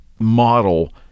model